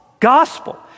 gospel